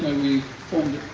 we formed.